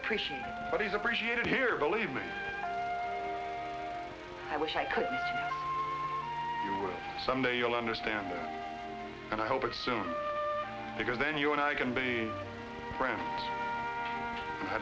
appreciate what he's appreciated here believe me i wish i could someday you'll understand and i hope it soon because then you and i can be